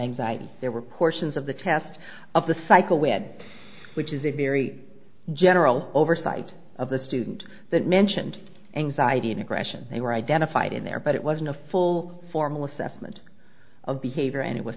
anxiety there were portions of the test of the cycle wead which is a very general oversight of the student that mentioned anxiety and aggression they were identified in there but it wasn't a full formal assessment of behavior and it was